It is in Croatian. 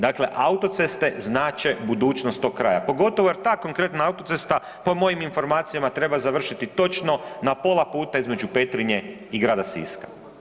Dakle, autoceste znače budućnost tog kraja pogotovo jer ta konkretna autocesta po mojim informacijama treba završiti točno na pola puta između Petrinje grada Siska.